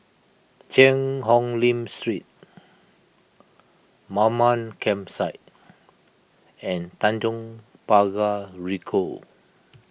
Cheang Hong Lim Street Mamam Campsite and Tanjong Pagar Ricoh